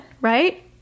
right